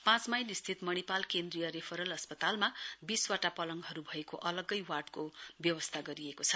पाँच माईल स्थित मणिपाल केन्द्रीय रेफरल अस्पतालमा बीसवटा पलङहरू भएको अलग्गै वार्डको व्यवस्था गरिएको छ